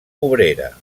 obrera